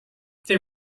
they